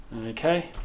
Okay